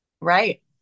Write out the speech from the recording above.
Right